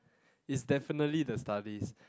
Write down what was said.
is definitely the studies